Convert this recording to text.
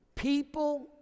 People